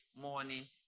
morning